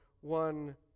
one